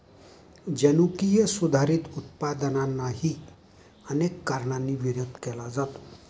जनुकीय सुधारित उत्पादनांनाही अनेक कारणांनी विरोध केला जातो